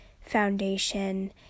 foundation